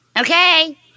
Okay